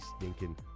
stinking